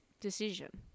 decision